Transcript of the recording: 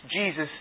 Jesus